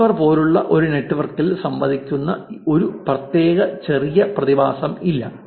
Whisper പോലുള്ള ഒരു നെറ്റ്വർക്കിൽ സംഭവിക്കുന്ന ഒരു പ്രത്യേക ചെറിയ പ്രതിഭാസമില്ല